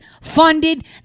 funded